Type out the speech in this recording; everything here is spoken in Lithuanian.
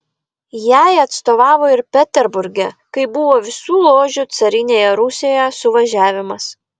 jai atstovavo ir peterburge kai buvo visų ložių carinėje rusijoje suvažiavimas